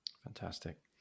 Fantastic